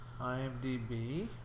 IMDb